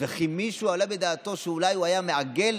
וכי מישהו מעלה בדעתו שאולי הוא היה מעגל